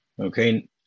okay